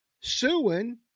suing